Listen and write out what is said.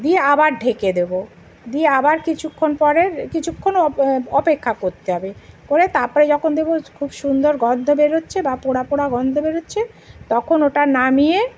দিয়ে আবার ঢেকে দেবো দিয়ে আবার কিছুক্ষণ পরের কিছুক্ষণ ওপ অপেক্ষা করতে হবে করে তারপরে যখন দেখব খুব সুন্দর গন্ধ বেরোচ্ছে বা পোড়া পোড়া গন্ধ বেরোচ্ছে তখন ওটা নামিয়ে